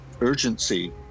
urgency